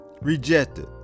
rejected